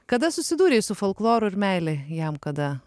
kada susidūrei su folkloru ir meilė jam kada